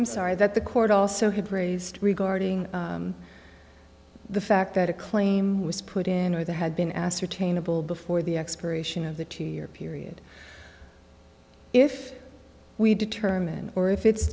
i'm sorry that the court also had raised regarding the fact that a claim was put in there had been ascertainable before the expiration of the two year period if we determine or if it's